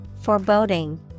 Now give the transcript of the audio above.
Foreboding